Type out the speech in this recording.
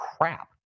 crap